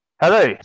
Hello